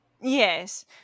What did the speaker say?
Yes